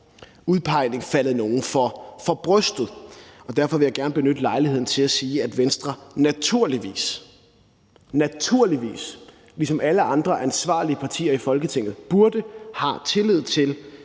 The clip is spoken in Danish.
udpegning faldet nogle for brystet, og derfor vil jeg gerne benytte lejligheden til at sige, at Venstre naturligvis – naturligvis – har tillid til, hvilket alle andre ansvarlige partier i Folketinget burde have, at tre